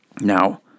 Now